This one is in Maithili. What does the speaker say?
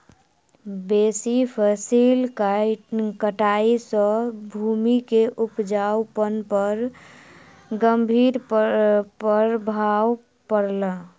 बेसी फसिल कटाई सॅ भूमि के उपजाऊपन पर गंभीर प्रभाव पड़ल